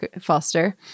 Foster